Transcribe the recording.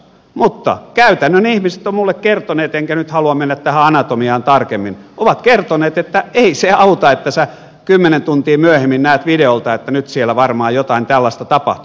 mutta käytännön ihmiset ovat minulle kertoneet enkä nyt halua mennä tähän anatomiaan tarkemmin että ei se auta että sinä kymmenen tuntia myöhemmin näet videolta että nyt siellä varmaan jotain tällaista tapahtui